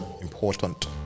important